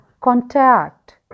contact